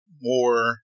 more